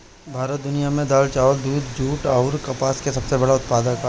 भारत दुनिया में दाल चावल दूध जूट आउर कपास का सबसे बड़ा उत्पादक ह